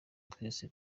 twese